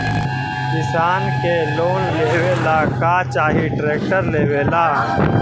किसान के लोन लेबे ला का चाही ट्रैक्टर लेबे ला?